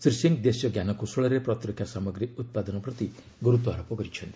ଶ୍ରୀ ସିଂହ ଦେଶୀୟ ଞ୍ଜାନକୌଶଳରେ ପ୍ରତିରକ୍ଷା ସାମଗ୍ରୀ ଉତ୍ପାଦନ ପ୍ରତି ଗୁରୁତ୍ୱାରୋପ କରିଚ୍ଛନ୍ତି